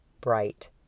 bright